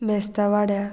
मेस्ता वाड्यान